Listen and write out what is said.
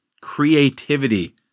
creativity